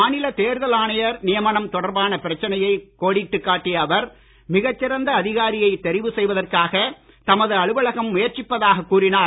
மாநில தேர்தல் ஆணையர் நியமனம் தொடர்பான பிரச்சனையை கோடிட்டுக் காட்டிய அவர் மிகச் சிறந்த அதிகாரியை தெரிவு செய்வதற்காக தமது அலுவலகம் முயற்சிப்பதாக கூறினார்